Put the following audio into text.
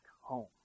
home